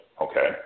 okay